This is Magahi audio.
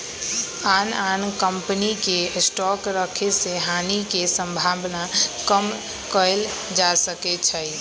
आन आन कम्पनी के स्टॉक रखे से हानि के सम्भावना कम कएल जा सकै छइ